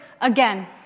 again